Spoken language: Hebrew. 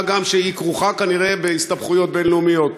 מה גם שהיא כרוכה כנראה בהסתבכויות בין-לאומיות.